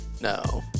No